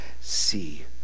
See